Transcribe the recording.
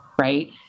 right